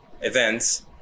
events